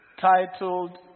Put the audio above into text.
titled